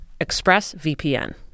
ExpressVPN